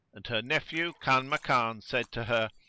and her nephew kanmakan said to her,